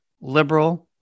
liberal